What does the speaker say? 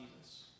Jesus